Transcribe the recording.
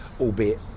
albeit